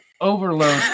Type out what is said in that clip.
Overload